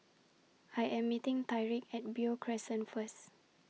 I Am meeting Tyriq At Beo Crescent First